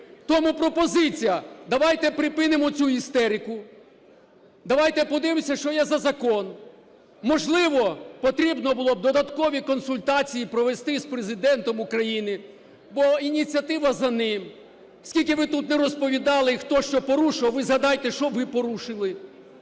Тому пропозиція: давайте припинимо цю істерику, давайте подивимось, що є за закон. Можливо, потрібно було б додаткові консультації провести з Президентом України, бо ініціатива за ним. Скільки б ви тут не розповідали, хто що порушив, ви згадайте, що ви порушили.